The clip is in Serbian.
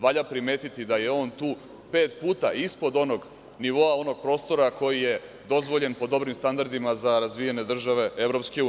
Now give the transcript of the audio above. Valja primetiti da je on tu pet puta ispod onog nivoa, onog prostora koji je dozvoljen po dobrim standardima, za razvijene države EU.